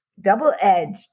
double-edged